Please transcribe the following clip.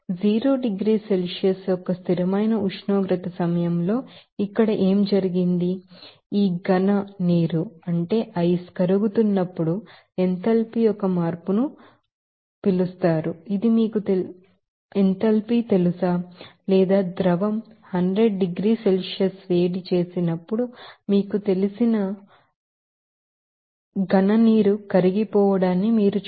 zero డిగ్రీల Celsius యొక్క స్థిరమైన ఉష్ణోగ్రత సమయంలో ఇక్కడ ఏమి జరిగింది ఈ సాలిడ్ వాటర్ కరుగుతున్నప్పుడు ఎంథాల్పీ యొక్క మార్పు ను పిలుస్తారు ఇది మీకు ఎంథాల్పీ తెలుసు లేదా ద్రవం 100 డిగ్రీల సెల్సియస్ వేడి చేసినప్పుడు మీకు తెలిసిన తరువాత కరిగిపోవడాన్ని మీరు చూడవచ్చు